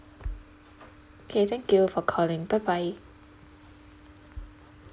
okay thank you for calling bye bye